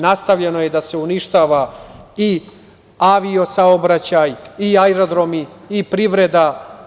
Nastavljeno je da se uništava i avio-saobraćaj i aerodromi i privreda.